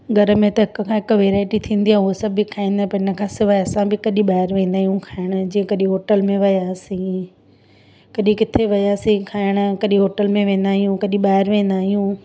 घर में त हिक खां हिकु वैराइटी थींदी आहे उहो सभु बि खाईंदा पर हिन खां सवाइ असां बि कॾहिं ॿाहिरि वेंदा आहियूं खाइण जीअं कॾहिं होटल में वियासीं कॾहिं किथे वियासीं खाइणु कॾहिं होटल में वेंदा आहियूं कॾहिं ॿाहिरि वेंदा आहियूं